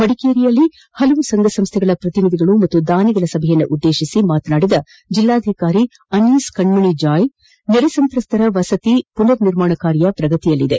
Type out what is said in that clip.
ಮಡಿಕೇರಿಯಲ್ಲಿ ವಿವಿಧ ಸಂಘ ಸಂಸ್ಥೆಗಳ ಪ್ರತಿನಿಧಿಗಳು ಹಾಗೂ ದಾನಿಗಳ ಸಭೆಯನ್ನು ಉದ್ದೇಶಿಸಿ ಮಾತನಾಡಿದ ಕೊಡಗು ಜಿಲ್ಲಾಧಿಕಾರಿ ಅನಿಸ್ ಕಣ್ಮಣಿ ಜಾಯ್ ನೆರೆ ಸಂತ್ರಸ್ತರ ವಸತಿ ಪುನರ್ ನಿರ್ಮಾಣ ಕಾರ್ಯ ಪ್ರಗತಿಯಲ್ಲಿದೆ